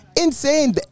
Insane